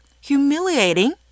humiliating